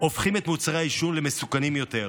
הופכים את מוצרי העישון למסוכנים יותר.